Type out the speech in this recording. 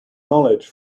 knowledge